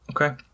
Okay